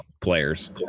players